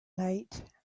night